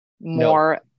more